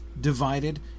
divided